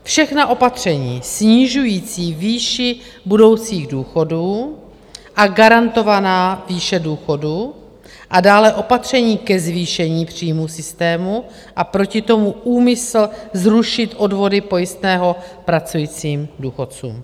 Všechna opatření snižující výši budoucích důchodů a garantovaná výše důchodů a dále opatření ke zvýšení příjmů systému a proti tomu úmysl zrušit odvody pojistného pracujícím důchodcům.